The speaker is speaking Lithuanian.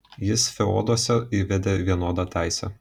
jis feoduose įvedė vienodą teisę